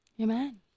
Amen